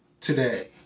today